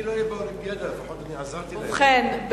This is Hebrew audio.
ובכן,